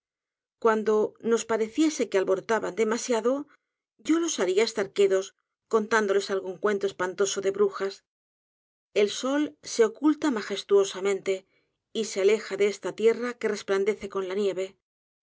cuando os pareciese que alborotaban demasiado yo los haria estar quedos contándoles algún cuento espantoso de brujas el sol se oculta magestuosamente y se aleja de esta tierra que resplandece con la nieve